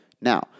Now